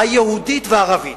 היהודית והערבית,